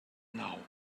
now